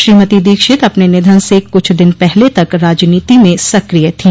श्रीमती दीक्षित अपने निधन से कुछ दिन पहले तक राजनीति में सक्रिय थी